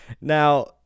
Now